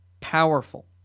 powerful